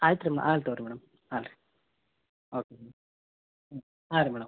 ಆಯ್ತಮ್ಮ ಆಗ್ಲಿ ತೊಗೋಳಿ ಮೇಡಮ್ ಆಗ್ಲ್ ರೀ ಓಕೆ ಹ್ಞೂ ಹ್ಞೂ ಆಗಲಿ ಮೇಡಮ್